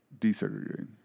desegregating